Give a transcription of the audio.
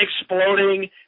exploding